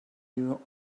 you